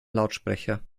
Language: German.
lautsprecher